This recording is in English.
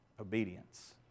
Obedience